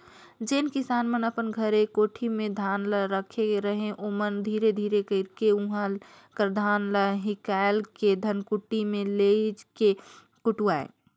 जेन किसान मन अपन घरे कोठी में धान ल राखे रहें ओमन धीरे धीरे कइरके उहां कर धान ल हिंकाएल के धनकुट्टी में लेइज के कुटवाएं